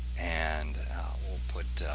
and we'll put